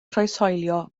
croeshoelio